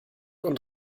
und